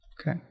Okay